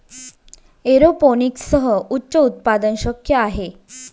एरोपोनिक्ससह उच्च उत्पादन शक्य आहे